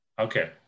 Okay